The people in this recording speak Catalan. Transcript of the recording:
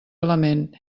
element